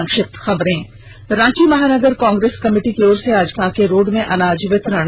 संक्षिप्त खबरें रांची महानगर कांग्रेस कमिटी की ओर से आज कांके रोड में अनाज वितरण किया गया